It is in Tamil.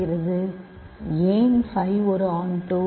ஏன் ஃபை ஒரு ஆண்ட்டூ